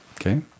Okay